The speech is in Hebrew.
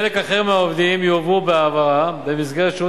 חלק אחר מהעובדים יועברו במסגרת שירות